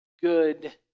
good